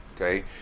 Okay